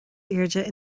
airde